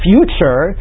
future